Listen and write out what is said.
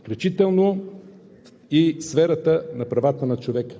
включително и сферата на правата на човека.